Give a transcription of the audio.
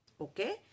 Okay